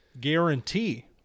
guarantee